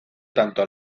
tanto